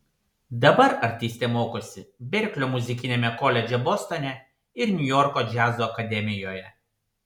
dabar artistė mokosi berklio muzikiniame koledže bostone ir niujorko džiazo akademijoje